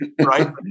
right